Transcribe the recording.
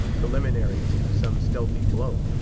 preliminary to some stealthy blow?